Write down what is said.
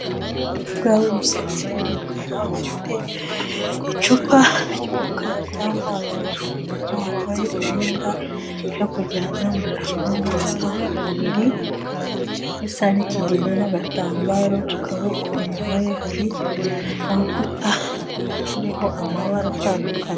Umukobwa w'imisatsi y'umukara ufite icupa ry'umukara ry'amazi ku munwa, wambaye imyenda yo kujyana mu mikino ngororamubiri isa n'ikigina n'agatambaro ku kaboko, inyuma ye hari urukuta ruriho amabara atandukanye.